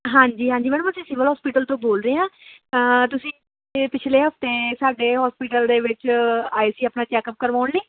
ਹਾਂਜੀ ਹਾਂਜੀ ਮੈਡਮ ਅਸੀਂ ਸਿਵਲ ਹੋਸਪੀਟਲ ਤੋਂ ਬੋਲ ਰਹੇ ਹਾਂ ਤੁਸੀਂ ਪਿਛਲੇ ਹਫ਼ਤੇ ਸਾਡੇ ਹੋਸਪਿਟਲ ਦੇ ਵਿੱਚ ਆਏ ਸੀ ਆਪਣਾ ਚੈੱਕਅਪ ਕਰਵਾਉਣ ਲਈ